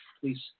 Please